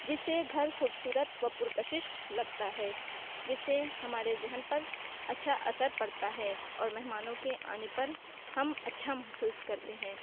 جس سے یہ گھر خوبصورت وہ پرکشش لگتا ہے جس سے ہمارے ذہن پر اچھا اثر پڑتا ہے اور مہمانوں کے آنے پر ہم اچھا محسوس کرتے ہیں